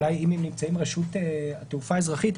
אולי נמצאים מרשות התעופה האזרחית,